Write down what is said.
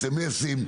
סמסים,